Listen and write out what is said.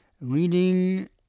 leading